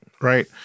right